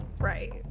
Right